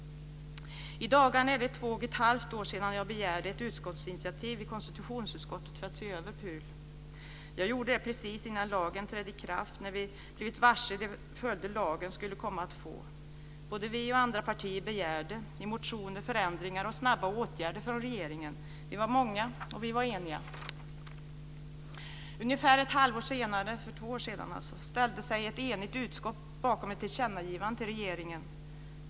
I dagarna är det två och ett halvt år sedan jag begärde ett utskottsinitiativ i konstitutionsutskottet för att se över PUL. Jag gjorde det precis innan lagen trädde i kraft när vi blivit varse de följder lagen skulle komma att få. Både Centerpartiet och andra partier begärde i motioner förändringar och snabba åtgärder från regeringen. Vi var många, och vi var eniga. Ungefär ett halvår senare, dvs. för två år sedan, ställde sig ett enigt utskott bakom ett tillkännagivande till regeringen.